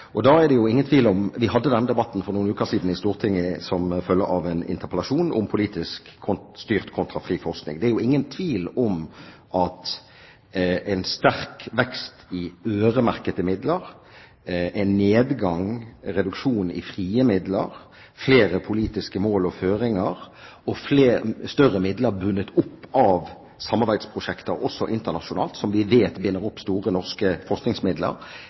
Vi hadde denne debatten for noen uker siden i Stortinget som følge av en interpellasjon om politisk styrt kontra fri forskning. Det er ingen tvil om at en sterk vekst i øremerkede midler, en reduksjon i frie midler, flere politiske mål og føringer og større midler bundet opp av samarbeidsprosjekter også internasjonalt – som vi vet binder opp store norske forskningsmidler